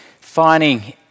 finding